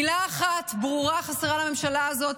מילה אחת ברורה חסרה לממשלה הזאת,